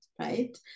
right